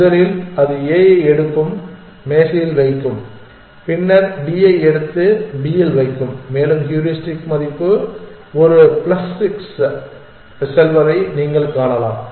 முதலில் அது A ஐ எடுத்து மேசையில் வைக்கும் பின்னர் அது D ஐ எடுத்து B இல் வைக்கும் மேலும் ஹூரிஸ்டிக் மதிப்பு ஒரு பிளஸ் 6 க்கு செல்வதை நீங்கள் காணலாம்